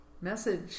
message